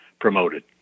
promoted